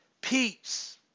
peace